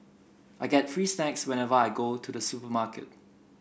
I get free snacks whenever I go to the supermarket